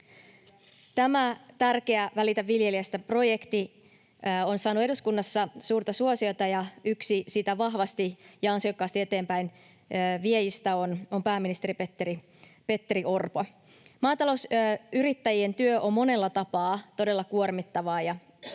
Tämä tärkeä Välitä viljelijästä ‑projekti on saanut eduskunnassa suurta suosiota, ja yksi sitä vahvasti ja ansiokkaasti eteenpäin vievistä on pääministeri Petteri Orpo. Maatalousyrittäjien työ on monella tapaa todella kuormittavaa.